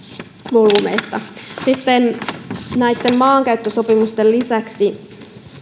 volyymeista puhutaan näitten maankäyttösopimusten lisäksi